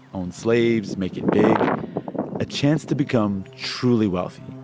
own slaves, make it big a chance to become truly wealthy.